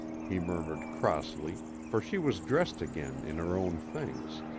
he murmured crossly, for she was dressed again in her own things.